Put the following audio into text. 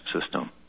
system